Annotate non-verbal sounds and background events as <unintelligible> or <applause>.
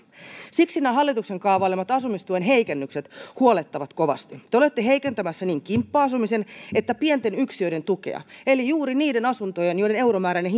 siksi nämä hallituksen kaavailemat asumistuen heikennykset huolettavat kovasti te olette heikentämässä sekä kimppa asumisen että pienten yksiöiden tukea eli juuri niiden asuntojen joiden euromääräinen <unintelligible>